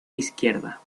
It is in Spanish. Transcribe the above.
izquierda